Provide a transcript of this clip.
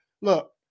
Look